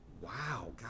Wow